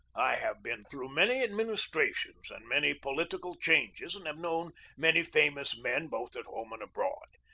i have been through many administrations and many political changes, and have known many famous men both at home and abroad.